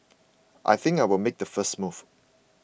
I think I'll make a first move